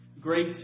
grace